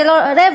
זה לא רווח,